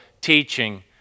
teaching